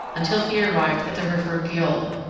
until he arrived at the river gyoll,